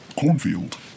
Cornfield